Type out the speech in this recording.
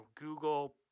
Google